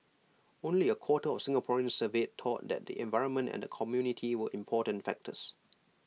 only A quarter of Singaporeans surveyed thought that the environment and the community were important factors